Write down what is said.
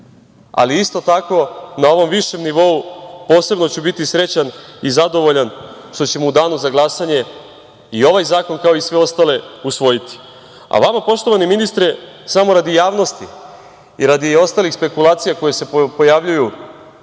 ali isto tako na ovom višem nivou posebno ću biti srećan i zadovoljan što ćemo u danu za glasanje i ovaj zakon, kao i sve ostale usvojiti. Vama poštovani ministre samo radi javnosti i radi ostalih spekulacija koje se pojavljuju